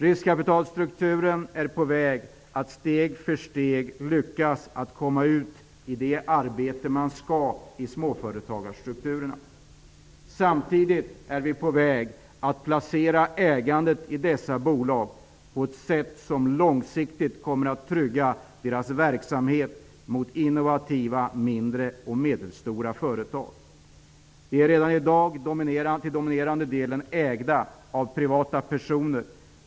Riskkapitalstrukturen är på väg att steg för steg lyckas föra ut riskkapital i det arbete det skall genomföra i småföretagarstrukturerna. Samtidigt är vi på väg att placera ägandet i dessa bolag på ett sätt som långsiktigt kommer att trygga deras verksamhet inriktad mot innovativa mindre och medelstora företag. De är redan i dag till dominerande delen ägda av privata personer.